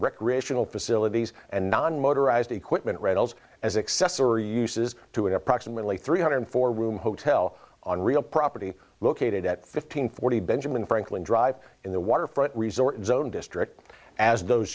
recreational facilities and non motorized equipment rentals as accessory uses to approximately three hundred four room hotel on real property located at fifteen forty benjamin franklin drive in the waterfront resort zone district as those